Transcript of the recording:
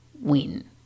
win